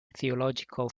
theological